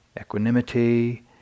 equanimity